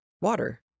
water